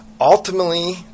Ultimately